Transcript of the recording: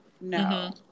No